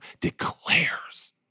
declares